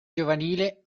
giovanile